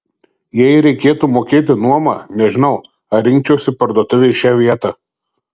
jei reikėtų mokėti nuomą nežinau ar rinkčiausi parduotuvei šią vietą